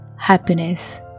Happiness